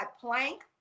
plank